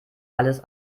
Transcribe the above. alles